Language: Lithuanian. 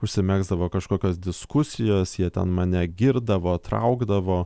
užsimegzdavo kažkokios diskusijos jie ten mane girdavo traukdavo